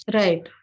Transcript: right